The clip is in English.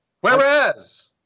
Whereas